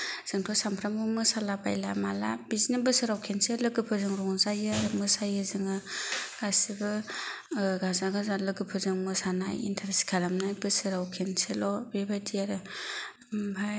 जोंथ' सानफ्रामबो मोसालाबायला माला बिदिनो बोसोराव खनसे लोगोफोरजों रंजायो आरो मोसायो जोङो गासिबो गाजा गोमजा लोगोफोरजों मोसानाय इनटारेस्ट खालामनाय बोसोराव खनसेल' बेबायदि आरो